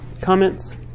comments